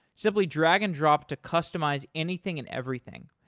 simply drag and drop to customize anything and everything.